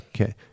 okay